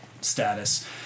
status